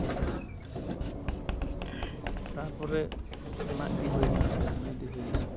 ᱛᱟᱨᱯᱚᱨᱮ ᱥᱮᱬᱟ ᱤᱫᱤ ᱥᱮᱬᱟ ᱤᱫᱤ ᱦᱩᱭᱮᱱᱟ